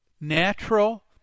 natural